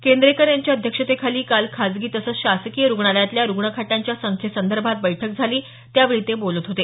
केंद्रेकर यांच्या अध्यक्षतेखाली काल खाजगी तसंच शासकीय रुग्णालयातल्या रुग्णखाटांच्यां संख्येसंदर्भात बैठक झाली त्यावेळी ते बोलत होते